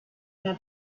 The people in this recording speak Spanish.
una